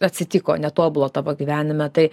atsitiko netobulo tavo gyvenime tai